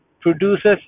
produces